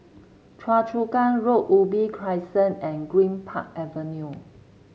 Choa Chu Kang Road Ubi Crescent and Greenpark Avenue